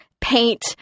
paint